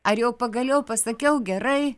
ar jau pagaliau pasakiau gerai